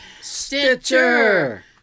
Stitcher